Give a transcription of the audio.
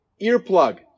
earplug